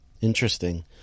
Interesting